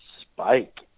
spike